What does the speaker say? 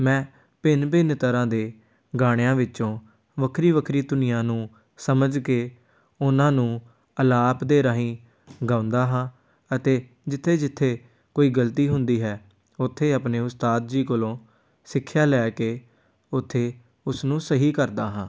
ਮੈਂ ਭਿੰਨ ਭਿੰਨ ਤਰ੍ਹਾਂ ਦੇ ਗਾਣਿਆਂ ਵਿੱਚੋਂ ਵੱਖਰੀ ਵੱਖਰੀ ਧੁਨੀਆਂ ਨੂੰ ਸਮਝ ਕੇ ਉਹਨਾਂ ਨੂੰ ਅਲਾਪ ਦੇ ਰਾਹੀਂ ਗਾਉਂਦਾ ਹਾਂ ਅਤੇ ਜਿੱਥੇ ਜਿੱਥੇ ਕੋਈ ਗਲਤੀ ਹੁੰਦੀ ਹੈ ਉੱਥੇ ਆਪਣੇ ਉਸਤਾਦ ਜੀ ਕੋਲੋਂ ਸਿੱਖਿਆ ਲੈ ਕੇ ਉੱਥੇ ਉਸਨੂੰ ਸਹੀ ਕਰਦਾ ਹਾਂ